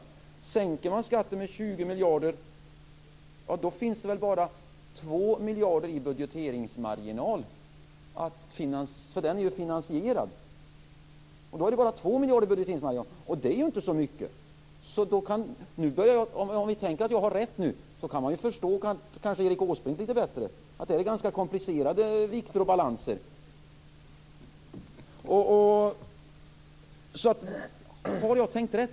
Om man sänker skatten år 2001 med 20 miljarder finns det väl bara 2 miljarder i budgeteringsmarginal, för den är ju finansierad. Då är det bara 2 miljarder i budgeteringsmarginal. Det är inte så mycket. Om vi tänker att jag har rätt nu kan vi kanske förstå Erik Åsbrink lite bättre. Det är ganska komplicerade vikter och balanser. Har jag tänkt rätt?